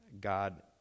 God